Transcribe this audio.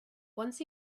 once